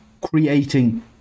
creating